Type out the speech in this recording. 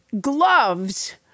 gloves